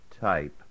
type